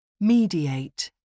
Mediate